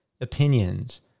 opinions